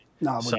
No